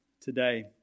today